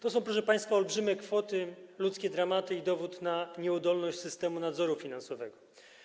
To są, proszę państwa, olbrzymie kwoty, ludzkie dramaty i dowód na nieudolność systemu nadzoru finansowego.